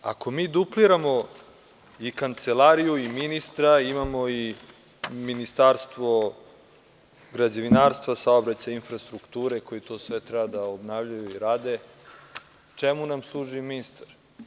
Ako mi dupliramo i Kancelariju i ministra imamo i Ministarstvo građevinarstva, saobraćaja i infrastrukture, koji sve to treba da obnavljaju i rade, čemu nam služi ministar?